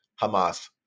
Hamas